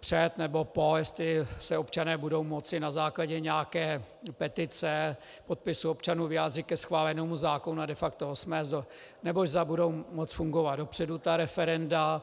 před, nebo po, jestli se občané budou moci na základě nějaké petice, podpisu občanů vyjádřit ke chválenému zákonu a de facto ho smést, nebo zda budou moct fungovat dopředu ta referenda.